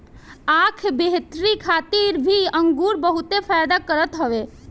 आँख बेहतरी खातिर भी अंगूर बहुते फायदा करत हवे